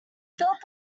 philip